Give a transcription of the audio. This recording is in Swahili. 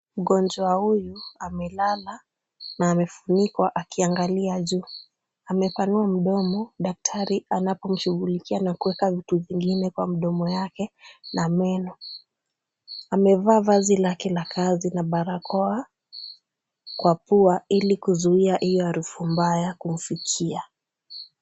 Mgonjwa huyu amelala na amefunikwa akiangalia juu. Amepanua mdomo daktari anapomshughulikia na kuweka vitu vingine kwa mdomo yake na meno. Amevaa vazi lake la kazi na barakoa kwa pua ili kuzuia hiyo harufu mbaya kumfikia.